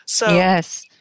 Yes